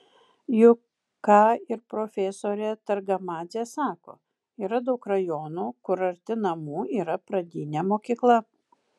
juk ką ir profesorė targamadzė sako yra daug rajonų kur arti namų yra pradinė mokykla